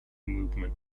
movement